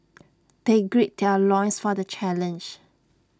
they grade their loins for the challenge